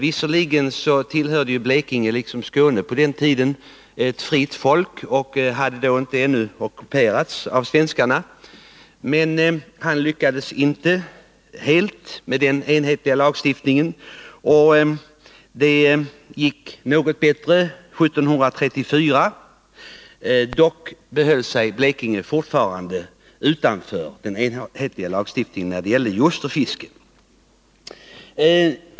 Ljusterfiske efter Visserligen tillhörde Blekinge liksom Skåne på den tiden ett fritt folk och 4] hade ännu inte ockuperats av svenskarna. Men Magnus Eriksson lyckades inte helt med att få igenom enhetlig lagstiftning i landet. Det gick något bättre 1734. Blekinge höll sig dock fortfarande utanför den enhetliga lagstifthingen när det gällde ljusterfiske.